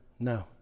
No